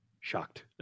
shocked